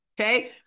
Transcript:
okay